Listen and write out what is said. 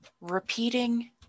repeating